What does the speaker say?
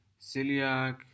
celiac